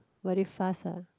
very fast ah